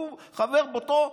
שהוא חבר באותה,